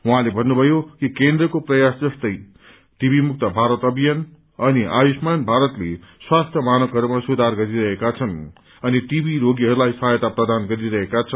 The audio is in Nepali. उहाँले भन्नुभयो कि केन्द्रको प्रयास जस्तै टीबीमुक्त भारत अभियान अनि आयुष्मान भारतले स्वास्थ्य मानकहयमा सुधार गरिरहेका छन् अनि टीबी रोगीहरूकलाई सहायता प्रदान गरिरहेका छन्